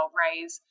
raise